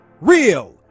real